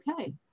okay